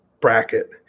bracket